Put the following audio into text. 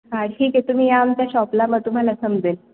हां ठीक आहे तुम्ही या आमच्या शॉपला मग तुम्हाला समजेल